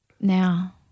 now